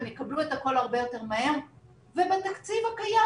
הם יקבלו את הכול הרבה יותר מהר ובתקציב הקיים.